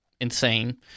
insane